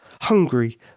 hungry